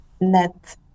net